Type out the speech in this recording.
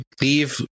leave